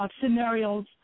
Scenarios